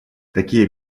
такие